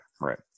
right